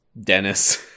Dennis